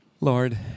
Lord